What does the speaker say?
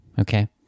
Okay